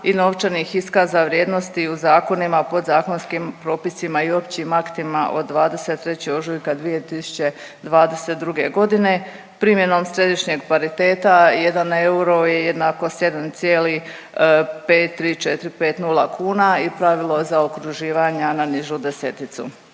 i novčanih iskaza vrijednosti u zakonima, podzakonskim propisima i općim aktima od 23. ožujka 2022. godine primjenom središnjeg pariteta 1 euro je jednako 7,53450 kuna i pravilo zaokruživanja na nižu deseticu.